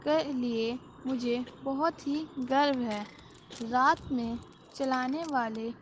کے لیے مجھے بہت ہی گرو ہے رات میں چلانے والے